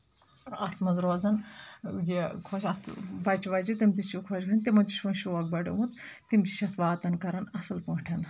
اَتھ منٛز روزَان یہِ خۄش اَتھ بَچہٕ وَچہٕ تِم تہِ چھِ خۄش گژھان تِمَن تہِ چھِ وۄنۍ شوق بَڑیومُت تِم تہِ چھِ اَتھ واتَان کَرَان اَصٕل پٲٹھۍ